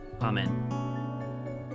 Amen